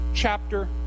chapter